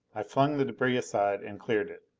i flung the debris aside and cleared it.